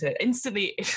instantly